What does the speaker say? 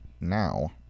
now